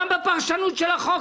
גם בפרשנות של החוק.